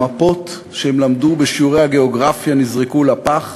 המפות שהם למדו בשיעורי הגיאוגרפיה נזרקו לפח,